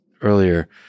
earlier